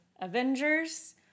Avengers